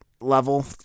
level